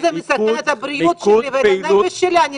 אם זה מסכן את הבריאות שלי ואת הנפש שלי אני